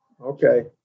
Okay